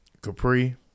Capri